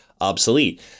obsolete